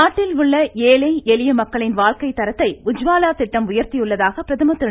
நாட்டில் உள்ள ஏழை எளிய மக்களின் வாழ்க்கைத் தரத்தை உஜ்வாலா திட்டம் உயர்த்தியுள்ளதாக பிரதமர் திரு